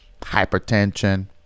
hypertension